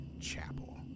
chapel